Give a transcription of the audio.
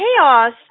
chaos